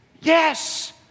Yes